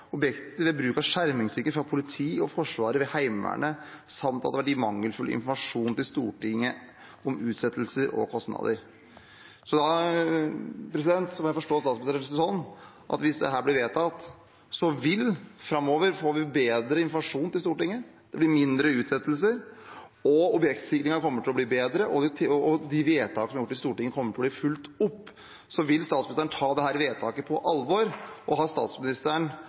objekter og beskyttelse av objekter ved bruk av sikringsstyrker fra politiet og Forsvaret ved Heimevernet, samt at det har vært gitt mangelfull informasjon til Stortinget om utsettelser og kostnader.» Da må jeg forstå statsministeren slik at hvis dette blir vedtatt, vil vi framover få bedre informasjon til Stortinget, det blir mindre utsettelser, objektsikringen kommer til å bli bedre, og de vedtakene vi har gjort i Stortinget, kommer til å bli fulgt opp. Vil statsministeren ta dette vedtaket på alvor? Og har statsministeren